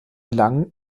langen